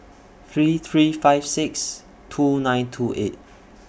three three five six two nine two eight